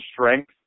strength